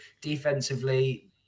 Defensively